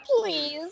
Please